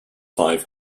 five